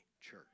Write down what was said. Church